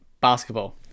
basketball